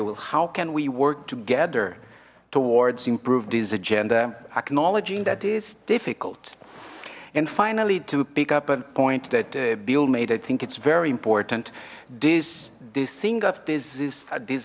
well how can we work together towards improve this agenda acknowledging that is difficult and finally to pick up a point that bill made i think it's very important this the